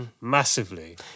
massively